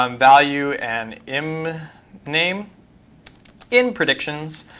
um value and im name in predictions.